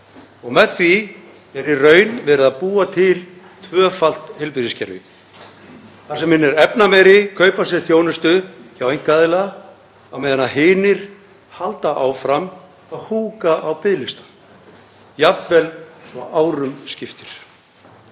Með því er í raun verið að búa til tvöfalt heilbrigðiskerfi þar sem hinir efnameiri kaupa sér þjónustu hjá einkaaðila á meðan hinir halda áfram að húka á biðlista jafnvel svo árum skiptir.